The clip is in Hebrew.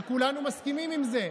שכולנו מסכימים עם זה.